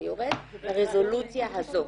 זה יורד לרזולוציה הזו.